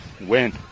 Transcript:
win